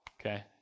okay